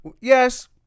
Yes